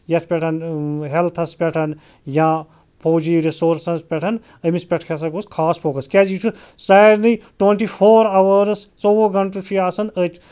یَتھ پٮ۪ٹھ ہٮ۪لتھَس پٮ۪ٹھ یا فوجی رِسورسَز پٮ۪ٹھ أمِس پٮ۪ٹھ کیٛاہ سا گوٚژھ خاص فوکَس کیٛاز یہِ چھُ سارنٕے ٹۄنٛٹی فور اَوٲرٕس ژوٚوُہ گھنٛٹہٕ چھُ یہِ آسان أتۍ